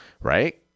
right